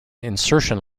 insertion